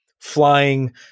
flying